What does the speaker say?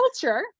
culture